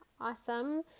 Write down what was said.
awesome